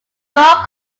dark